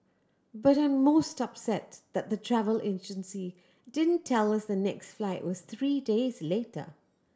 but I'm most upset that the travel agency didn't tell us the next flight was three days later